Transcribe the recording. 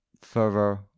further